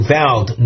vowed